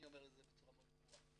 אני אומר את זה בצורה מאוד ברורה.